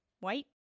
white